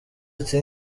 ati